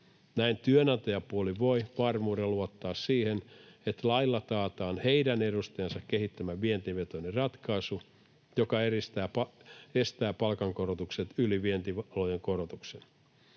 Näin työnantajapuoli voi varmuudella luottaa siihen, että lailla taataan heidän edustajiensa kehittämä vientivetoinen ratkaisu, joka estää palkankorotukset yli vientialojen korotuksen.